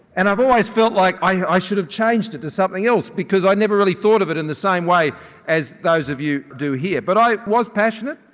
and i've always felt like i should have changed it to something else because i never really thought of it in the same way as those of you do here. but i was passionate,